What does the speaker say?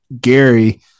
Gary